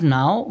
now